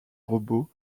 robots